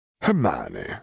Hermione